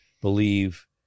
believe